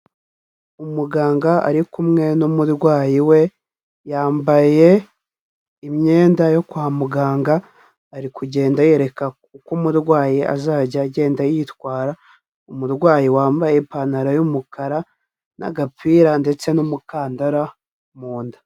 Umuganga ari kumwe n'umurwayi we, yambaye imyenda yo kwa muganga ari kugenda yereka uko umurwayi azajya agenda yitwara, umurwayi wambaye ipantaro y'umukara n'agapira ndetse n'umukandara mu nda.